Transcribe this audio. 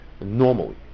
normally